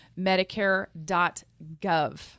medicare.gov